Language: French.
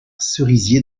cerisier